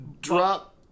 Drop